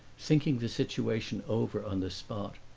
thinking the situation over on the spot.